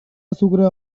azukrea